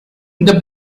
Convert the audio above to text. the